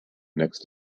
next